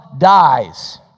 Dies